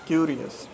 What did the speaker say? Curious